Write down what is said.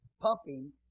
pumping